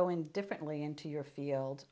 go in differently into your field